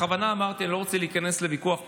בכוונה אמרתי שאני לא רוצה להיכנס לוויכוח פנימי.